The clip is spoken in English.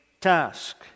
task